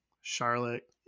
Charlotte